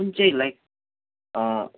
कुन चाहिँ लाइक